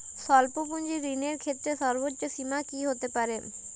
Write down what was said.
স্বল্প পুঁজির ঋণের ক্ষেত্রে সর্ব্বোচ্চ সীমা কী হতে পারে?